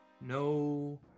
no